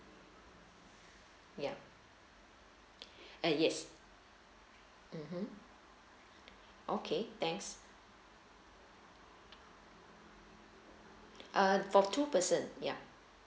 ya uh yes mmhmm okay thanks uh for two person yeah